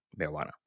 marijuana